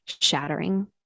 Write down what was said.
shattering